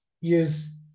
use